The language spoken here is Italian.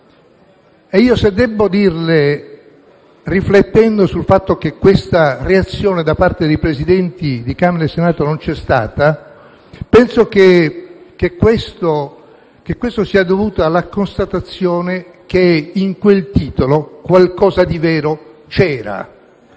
devo dirle la verità, riflettendo sul fatto che questa reazione da parte dei Presidenti di Camera e Senato non c'è stata, penso che questo sia dovuto alla constatazione che in quel titolo qualcosa di vero c'era,